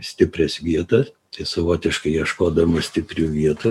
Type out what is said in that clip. stiprias vietas tai savotiškai ieškodamas stiprių vietų